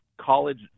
college